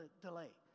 delay